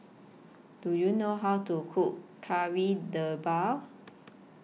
Do YOU know How to Cook Kari Debal